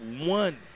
one